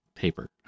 paper